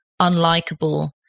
unlikable